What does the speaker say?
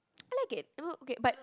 I like it it will be okay but